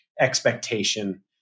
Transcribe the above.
expectation